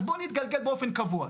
אז בוא נתגלגל באופן קבוע.